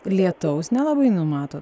lietaus nelabai numato